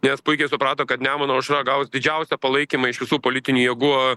nes puikiai suprato kad nemuno aušra gaus didžiausią palaikymą iš visų politinių jėgų